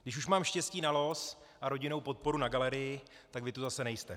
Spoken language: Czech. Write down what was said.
Když už mám štěstí na los a rodinnou podporu na galerii, tak vy tu zase nejste.